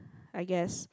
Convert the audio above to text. I guess